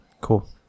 Cool